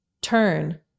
turn